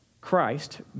Christ